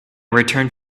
returned